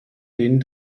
denen